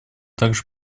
также